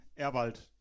Erwald